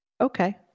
Okay